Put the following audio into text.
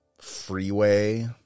Freeway